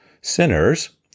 sinners